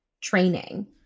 training